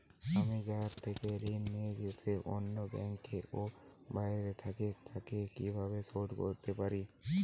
আমি যার থেকে ঋণ নিয়েছে সে অন্য ব্যাংকে ও বাইরে থাকে, তাকে কীভাবে শোধ করতে পারি?